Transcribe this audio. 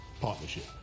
partnership